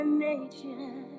nature